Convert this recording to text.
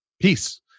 Peace